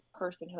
personhood